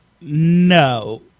No